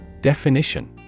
Definition